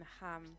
ham